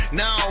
now